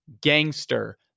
gangster